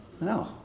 No